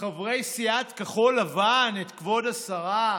חברי סיעת כחול לבן, את כבוד השרה,